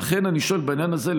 לכן אני שואל בעניין הזה,